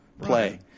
play